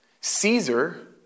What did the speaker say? Caesar